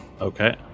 Okay